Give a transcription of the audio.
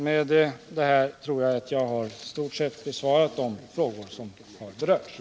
Med dessa ord tror jag att jag i stort sett besvarat de frågor som berörts.